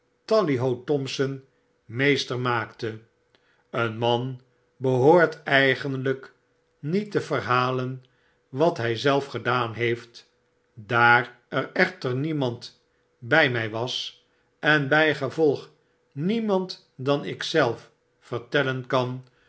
tally ho thompson meester maakte een man behoort eigenlijk niet te verhalen wat hjj zelf gedaan heeft daar er echter niemand bij my was en bjjgevolg niemand dan ik zelf vertellen kan